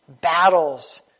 battles